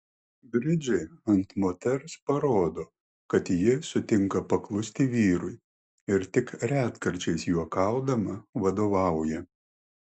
bridžai ant moters parodo kad ji sutinka paklusti vyrui ir tik retkarčiais juokaudama vadovauja